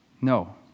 No